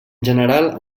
general